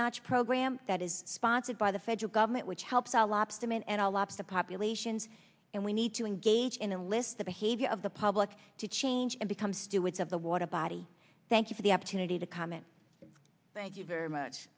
notch program that is sponsored by the federal government which helps our lobsterman and a lot of the populations and we need to engage in a list the behavior of the public to change and become stewards of the water body thank you for the opportunity to comment thank you very much